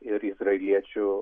ir izraeliečių